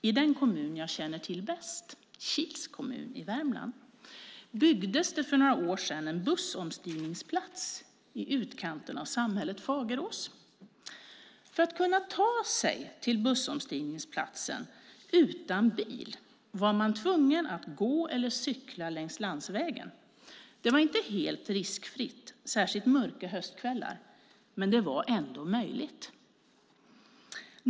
I den kommun jag bäst känner till, Kils kommun i Värmland, byggdes för några år sedan en bussomstigningsplats i utkanten av samhället Fagerås. För att kunna ta sig till bussomstigningsplatsen utan bil var man tvungen att gå eller cykla längs landsvägen. Särskilt mörka kvällar var det inte helt riskfritt, men det var möjligt.